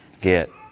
get